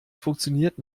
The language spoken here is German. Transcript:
funktioniert